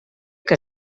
que